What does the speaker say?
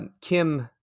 Kim